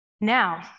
Now